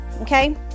okay